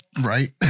right